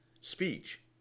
speech